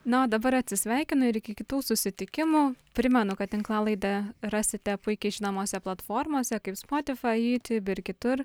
na o dabar atsisveikinu ir iki kitų susitikimų primenu kad tinklalaidę rasite puikiai žinomose platformose kaip spotifai jūtiub ir kitur